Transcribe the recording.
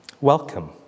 Welcome